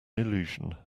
illusion